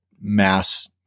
mass